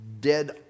dead